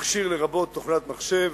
מכשיר, לרבות תוכנת מחשב,